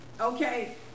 okay